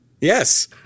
Yes